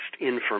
information